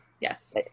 Yes